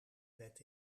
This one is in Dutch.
wet